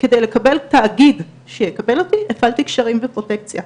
כדי לקבל תאגיד שיקבל אותי הפעלתי קשרים ופרוטקציה,